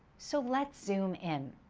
so let's zoom in.